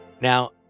Now